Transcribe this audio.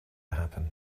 happen